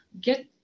get